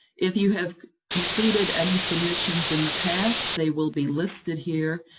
if you have completed any submissions in the past, they will be listed here.